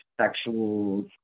sexual